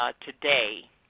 today